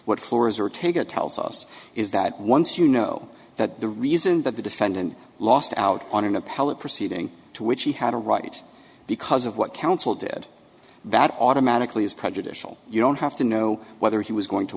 what floors or take it tells us is that once you know that the reason that the defendant lost out on an appellate proceeding to which he had a right because of what counsel did that automatically is prejudicial you don't have to know whether he was going to